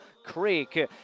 Creek